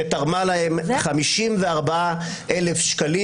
שתרמה להם 54,000 שקלים,